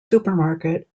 supermarket